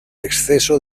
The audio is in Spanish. exceso